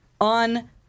on